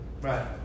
Right